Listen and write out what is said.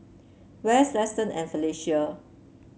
Wes Liston and Felicia